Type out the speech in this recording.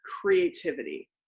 creativity